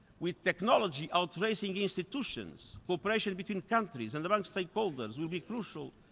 with technology outracing institutions, cooperation between countries and among stakeholders will be crucial,